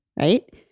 right